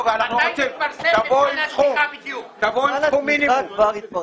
תבואו עם סכום מינימום.